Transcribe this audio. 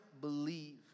believe